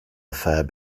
affair